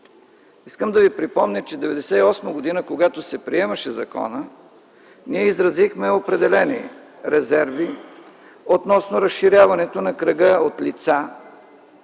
Искам да ви припомня, че 1998 г., когато се приемаше законът, ние изразихме определени резерви относно разширяването на кръга от лица,